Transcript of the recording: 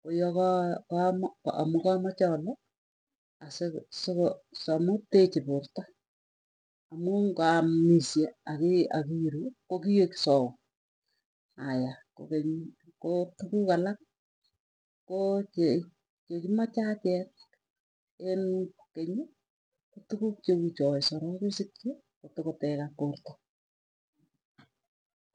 koyeka kama amuu kamache amu teche porta. Amuu ngamisye ake akiru kokiek sawa, aya kokeny koo tuguk alak koo che chekimache achek en keny tuguk cheuchoe sorok kesikchi kotokotekak porta.